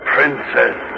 Princess